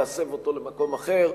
להסב אותו למקום אחר,